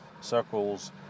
circles